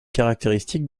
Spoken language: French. caractéristique